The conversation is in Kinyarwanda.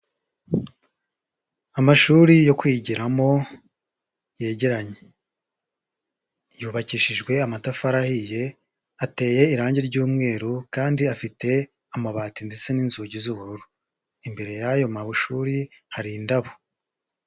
Amashuri yo kwigiramo yegeranye. Yubakishijwe amatafari ahiye, ateye irangi ry'umweru, kandi afite amabati ndetse n'inzugi z'ubururu. Imbere y'ayo mashuri hari indabo.